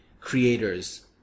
creators